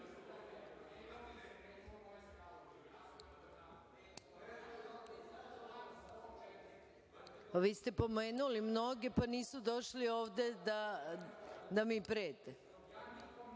ste pomenuli mnoge, pa nisu došli ovde da mi prete. Dobro,